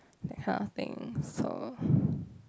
that kind of thing so